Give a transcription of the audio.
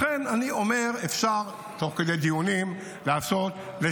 לכן אני אומר: אפשר לעשות תוך כדי דיונים, לשנות,